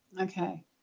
Okay